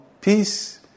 peace